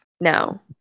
No